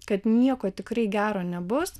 kad nieko tikrai gero nebus